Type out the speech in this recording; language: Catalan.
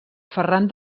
ferran